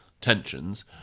tensions